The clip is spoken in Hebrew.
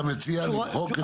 אתה מציע למחוק את ההגבלה.